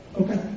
Okay